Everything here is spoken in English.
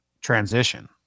transition